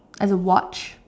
as a watch